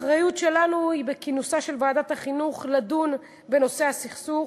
האחריות שלנו היא בכינוסה של ועדת החינוך לדון בנושא הסכסוך,